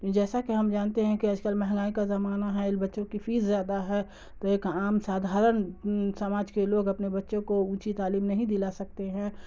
جیسا کہ ہم جانتے ہیں کہ آج کل مہنگائی کا زمانہ ہے اور بچوں کی فیس زیادہ ہے تو ایک عام سادھارن سماج کے لوگ اپنے بچوں کو اونچی تعلیم نہیں دلا سکتے ہیں